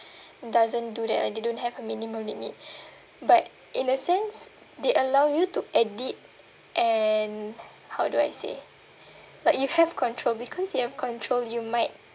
doesn't do that ah they don't have a minimum limit but in a sense they allow you to edit and how do I say like you have control because you have control you might